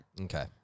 Okay